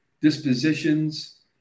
dispositions